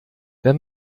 wenn